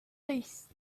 list